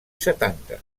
setanta